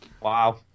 Wow